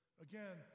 again